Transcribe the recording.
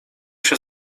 się